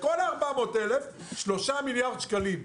לכל ה-400,000 3 מיליארד שקלים.